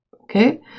Okay